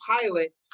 pilot